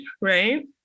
right